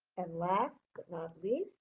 and last but not least,